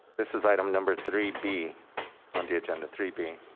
this is item number three b on the agenda. three b.